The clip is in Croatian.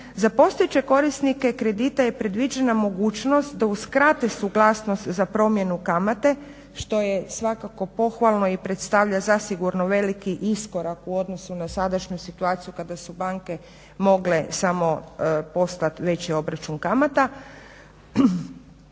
Za postojeće korisnike kredita je predviđena mogućnost da uskrate suglasnost za promjenu kamate što je svakako pohvalno i predstavlja zasigurno veliki iskorak u odnosu na sadašnju situaciju kada su banke mogle samo poslat veći obračun kamata,